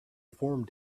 formed